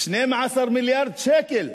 12 מיליארד שקל,